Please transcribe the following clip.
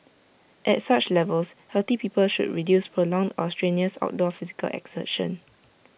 at such levels healthy people should reduce prolonged or strenuous outdoor physical exertion